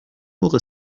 موقع